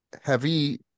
Heavy